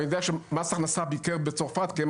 אני יודע שמס הכנסה ביקר בצרפת כי הם